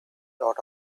dot